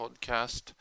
Podcast